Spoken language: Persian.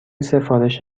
سفارش